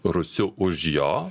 rūsiu už jo